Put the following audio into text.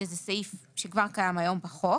שזה סעיף שכבר קיים היום בחוק